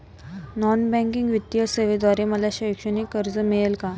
Non banking वित्तीय सेवेद्वारे मला शैक्षणिक कर्ज मिळेल का?